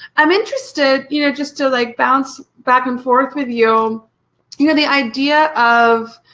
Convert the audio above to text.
i'm interested you know just to like bounce back and forth with you um you know the idea of,